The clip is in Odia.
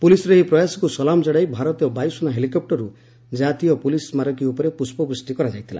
ପୋଲିସର ଏହି ପ୍ରୟାସକୁ ସଲାମ ଜଣାଇ ଭାରତୀୟ ବାୟୁସେନା ହେଲିକପୁରରୁ ଜାତୀୟ ପୁଲିସ ସ୍କାରକୀ ଉପରେ ପୁଷ୍ପବୃଷ୍ଟି କରାଯାଇଥିଲା